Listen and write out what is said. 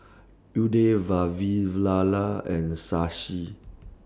Udai Vavilala and Shashi